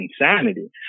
insanity